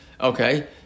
okay